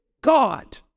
God